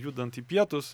judant į pietus